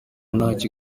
ntacyo